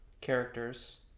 characters